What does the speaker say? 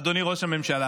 אדוני ראש הממשלה,